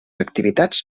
activitats